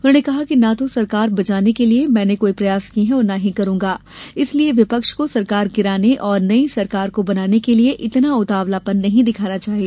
उन्होंने कहा कि ना तो सरकार बचाने के लिये मैंने कोई प्रयास किये और ना ही करूंगा इसलिये विपक्ष को सरकार गिराने और नई सरकार को बनाने के लिये इतना उतावलापन नहीं दिखाना चहिये